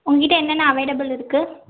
உங்கள்கிட்ட என்னென்ன அவைலபிள் இருக்குது